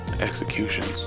executions